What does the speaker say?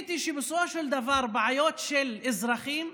גיליתי שבסופו של דבר בעיות של אזרחים,